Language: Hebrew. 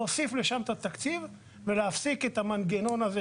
להוסיף לשם את התקציב ולהפסיק את המנגנון הזה,